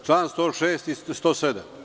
Čl. 106. i 107.